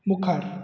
मुखार